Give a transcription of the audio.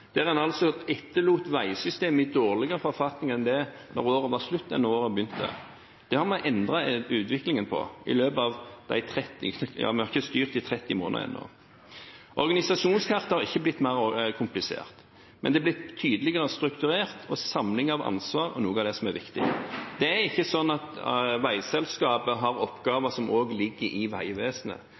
der en altså etterlot veisystemet i dårligere forfatning da året var slutt enn da året begynte. Det har vi endret utviklingen på – og vi har ennå ikke styrt i 30 måneder. Organisasjonskartet har ikke blitt mer komplisert, men det har blitt tydeligere strukturert, og samling av ansvar er noe av det som er viktig. Det er ikke sånn at veiselskapet har oppgaver som også ligger i